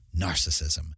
narcissism